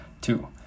two